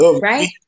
right